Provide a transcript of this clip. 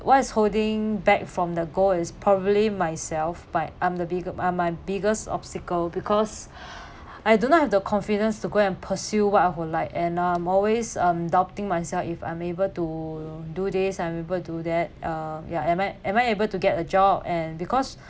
what is holding back from the goal is probably myself but I'm the biggerI'm my biggest obstacle because I do not have the confidence to go and pursue what I would like and I'm always um doubting myself if I'm able to do this and I'm able to do that uh ya am I am I able to get a job and because